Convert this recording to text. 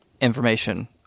information